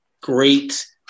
great